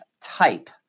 type